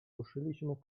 ruszyliśmy